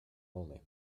only